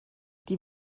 die